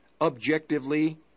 objectively